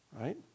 Right